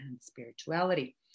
Spirituality